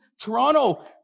Toronto